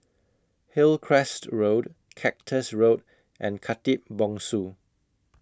Hillcrest Road Cactus Road and Khatib Bongsu